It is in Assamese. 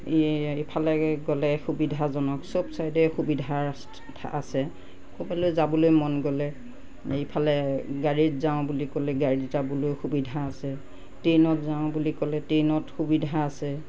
এই এইফালে গ'লে সুবিধাজনক চব চাইডে সুবিধাৰ আছে ক'ৰবালৈ যাবলৈ মন গ'লে এইফালে গাড়ীত যাওঁ বুলি ক'লে গাড়ীত যাবলৈ সুবিধা আছে ট্ৰেইনত যাওঁ বুলি ক'লে ট্ৰেইনত সুবিধা আছে